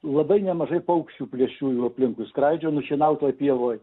labai nemažai paukščių plėšriųjų aplinkui skraidžioja nušienautoj pievoj